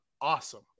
awesome